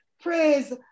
praise